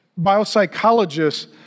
biopsychologists